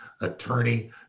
attorney